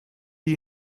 die